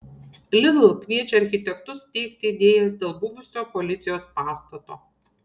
lidl kviečia architektus teikti idėjas dėl buvusio policijos pastato